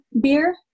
beer